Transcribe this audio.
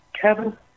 Kevin